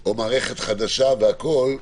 או מערכת חדשה והכול,